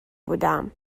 بودم